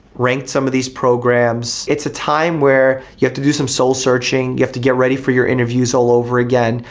ranked some of these programs, it's a time where you have to do some soul searching, you have to get ready for your interviews all over again.